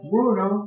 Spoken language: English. Bruno